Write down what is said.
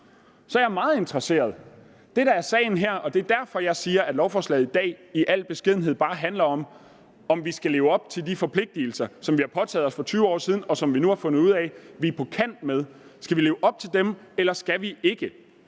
er jeg meget interesset. Det, der er sagen her – og det er derfor, jeg siger, at lovforslaget i dag i al beskedenhed bare handler om, om vi skal leve op til de forpligtelser, som vi har påtaget os for 20 år siden, og som vi nu har fundet ud af at vi er på kant med – er, om vi skal leve op til de forpligtelser, eller vi ikke